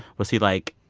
was he like,